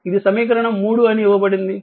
ఇది సమీకరణం 3 అని ఇవ్వబడింది